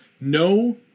No